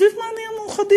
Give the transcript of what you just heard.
סביב מה נהיה מאוחדים?